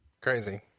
Crazy